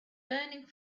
burning